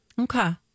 Okay